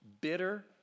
bitter